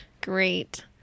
Great